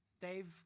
Dave